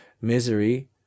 misery